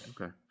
Okay